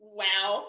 wow